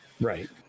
Right